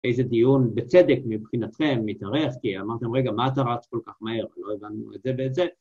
‫איזה דיון בצדק מבחינתכם מתארך, ‫כי אמרתם, רגע, ‫מה אתה רץ כל כך מהר? כי ‫לא הבנו את זה ואת זה.